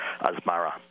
Asmara